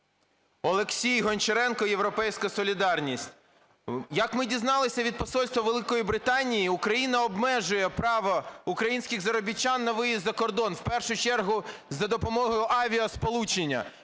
Олексій Гончаренко, "Європейська солідарність". Як ми дізналися від посольства Великої Британії, Україна обмежує право українських заробітчан на виїзд за кордон, в першу чергу за допомогою авіасполучення.